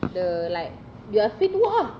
the like you are free to walk ah